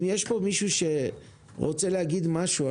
אם יש כאן מישהו שרוצה להגיד משהו,